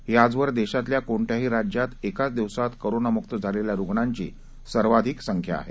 ही आजवर देशातल्या कोणत्याही राज्यात एकाच दिवसात करोनामुक्त झालेल्या रुग्णांची सर्वाधिक संख्या आहे